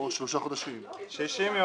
שלושה חודשים, למה 60 יום?